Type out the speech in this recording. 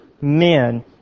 men